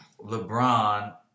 LeBron